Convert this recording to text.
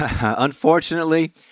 unfortunately